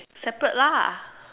separate lah